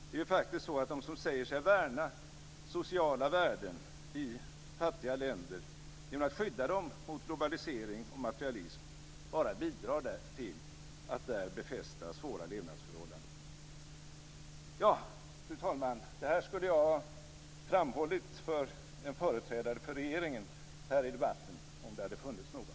Det är ju faktiskt så att de som säger sig värna sociala värden i fattiga länder genom att skydda dem mot globalisering och materialism bara bidrar till att där befästa svåra levnadsförhållanden. Fru talman! Detta skulle jag ha framhållit för en företrädare för regeringen här i debatten - om det hade funnits någon!